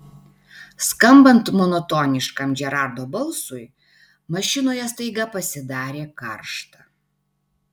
skambant monotoniškam džerardo balsui mašinoje staiga pasidarė karšta